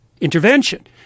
intervention